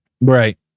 Right